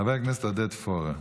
חבר כנסת פורר.